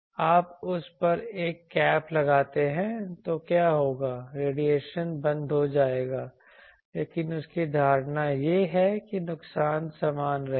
आप उस पर एक कैप लगाते हैं तो क्या होगा रेडिएशन बंद हो जाएगा लेकिन उसकी धारणा यह है कि नुकसान समान रहेगा